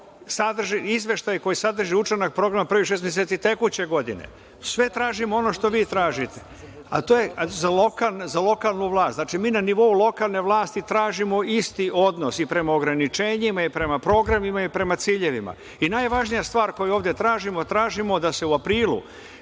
izveštaj koji sadrži učinak programa prvih šest meseci tekuće godine. Sve tražimo ono što vi tražite za lokalnu vlast. Znači, mi na nivou lokalne vlasti tražimo isti odnos i prema ograničenjima i prema programima i prema ciljevima. Najvažnija stvar koju ovde tražimo, tražimo da se u aprilu,